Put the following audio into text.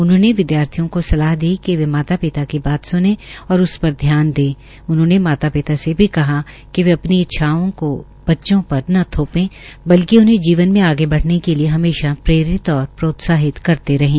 उन्होंने विद्यार्थियों को सलाह दी कि वे माता पिता की बात सुने और उस पर ध्यान दे उन्होंने माता पिता से भी कहा कि वे अपनी इच्छाओं को बच्चों पर न थोपें बल्कि जीवन में आगे बढ़ने के लिये हमेशा प्रेरित और प्रोत्साहित करते रहें